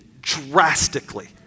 drastically